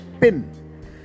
PIN